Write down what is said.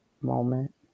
moment